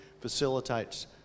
facilitates